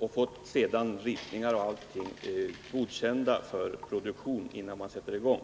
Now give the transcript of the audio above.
har fått sina ritningar godkända innan produktionen satts i gång.